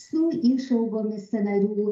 su išaugomis sąnarių